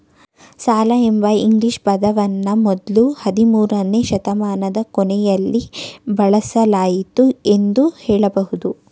ಸಾಲ ಎಂಬ ಇಂಗ್ಲಿಷ್ ಪದವನ್ನ ಮೊದ್ಲು ಹದಿಮೂರುನೇ ಶತಮಾನದ ಕೊನೆಯಲ್ಲಿ ಬಳಸಲಾಯಿತು ಎಂದು ಹೇಳಬಹುದು